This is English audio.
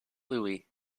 louie